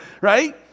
right